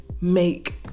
make